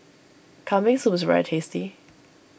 Kambing Soup is very tasty